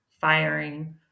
firing